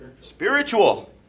spiritual